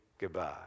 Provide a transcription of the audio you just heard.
goodbye